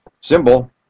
symbol